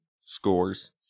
scores